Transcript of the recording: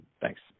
Thanks